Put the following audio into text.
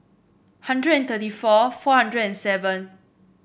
hundred and thirty four four hundred and seven